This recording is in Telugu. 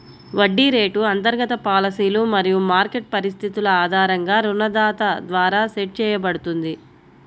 వడ్డీ రేటు అంతర్గత పాలసీలు మరియు మార్కెట్ పరిస్థితుల ఆధారంగా రుణదాత ద్వారా సెట్ చేయబడుతుంది